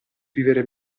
vivere